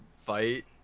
fight